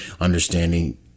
understanding